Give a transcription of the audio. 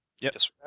Yes